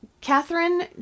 Catherine